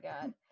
God